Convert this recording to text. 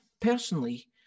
personally